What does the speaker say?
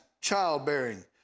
childbearing